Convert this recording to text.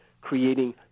creating